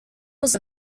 was